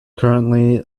currently